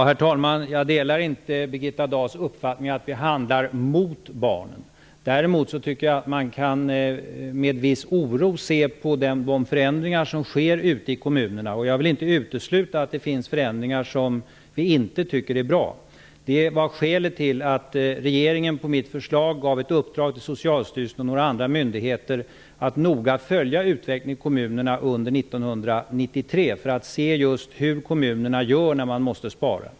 Herr talman! Jag delar inte Birgitta Dahls uppfattning att vi handlar mot barnen. Däremot tycker jag att man kan se på de förändringar som sker i kommunerna med viss oro. Jag vill inte utesluta att det finns förändringar som vi inte tycker är bra. Det var skälet till att regeringen på mitt förslag gav Socialstyrelsen och några andra myndigheter i uppdrag att noga följa utvecklingen i kommunerna under 1993. Vi vill se hur kommunerna gör när de måste spara.